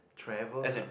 travel hub